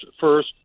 first